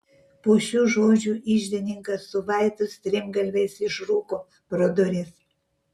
po šių žodžių iždininkas su vaitu strimgalviais išrūko pro duris